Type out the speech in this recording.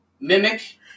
mimic